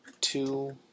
two